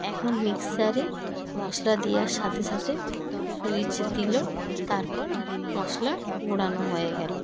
এখন মিক্সারে মশলা দেওয়ার সাথে সাথে সুইচ দিল তারপর মশলা গুঁড়ানো হয়ে গেল